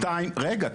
רגע.